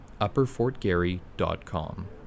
upperfortgary.com